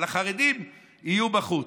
אבל החרדים יהיו בחוץ.